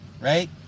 Right